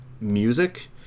music